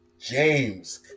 James